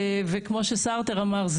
וכמו שסארטר אמר,